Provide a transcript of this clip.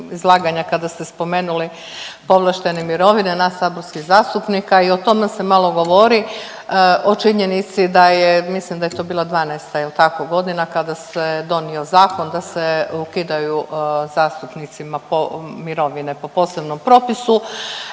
kada ste spomenuli povlaštene mirovine nas saborskih zastupnika i o tome se malo govori, o činjenici da je mislim da je to bila dvanaesta jel' tako godina kada se donio zakon da se ukidaju zastupnicima mirovine po posebnom propisu.